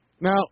Now